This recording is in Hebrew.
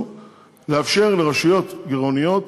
טכנולוגיים,